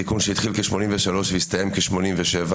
התיקון שהתחיל כ-83 והסתיים כ-87,